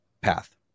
path